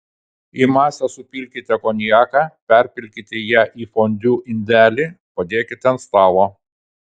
į masę supilkite konjaką perpilkite ją į fondiu indelį padėkite ant stalo